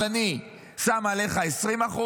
אז אני שם עליך 20%,